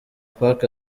park